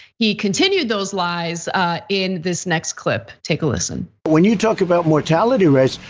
he continued those lies in this next clip, take a listen. when you talk about mortality rates,